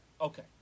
Okay